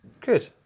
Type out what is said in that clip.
Good